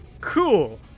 cool